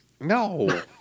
No